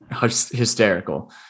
hysterical